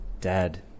dead